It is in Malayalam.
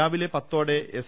രാവിലെ പത്തോടെ എസ്